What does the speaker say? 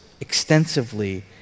extensively